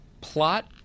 Plot